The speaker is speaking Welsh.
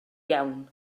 iawn